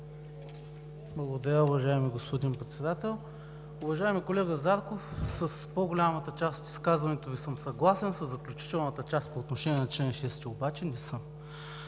Благодаря, уважаеми господин Председател. Уважаеми колега Зарков, с по-голямата част от изказването Ви съм съгласен, със заключителната част по отношение на чл. 6 обаче не съм.